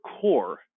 core